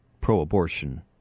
pro-abortion